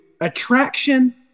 attraction